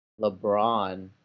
LeBron